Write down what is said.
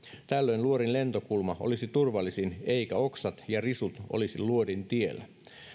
tällöin luodin lentokulma olisi turvallisin eivätkä oksat ja risut olisi luodin tiellä